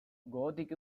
gogotik